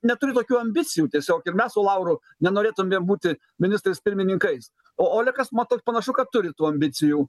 neturiu tokių ambicijų tiesiog ir mes su lauru nenorėtumėm būti ministrais pirmininkais o olekas man toks panašu kad turi tų ambicijų